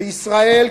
וישראל,